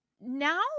now